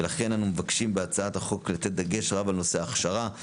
ולכן אנו מבקשים בהצעת החוק לתת דגש רב על נושא ההכשרה,